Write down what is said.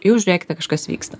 jau žiūrėkite kažkas vyksta